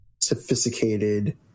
sophisticated